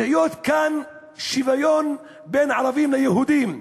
כדי שיהיה כאן שוויון בין ערבים ליהודים,